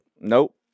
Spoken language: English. Nope